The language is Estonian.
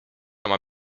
oma